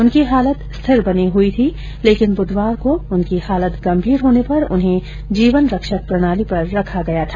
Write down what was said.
उनकी हालत स्थिर बनी हुई थी लेकिन बुधवार को उनकी हालत गंभीर होने पर उन्हें जीवन रक्षक प्रणाली पर रखा गया था